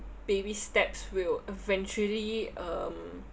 baby steps will eventually um